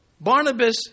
Barnabas